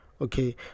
Okay